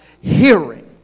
hearing